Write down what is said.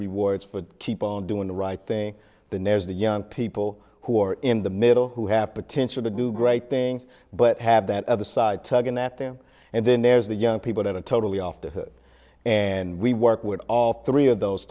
rewards for keep own when the right thing the nerves the young people who are in the middle who have potential to do great things but have that other side tugging at them and then there's the young people that are totally off the hook and we work with all three of those